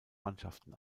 mannschaften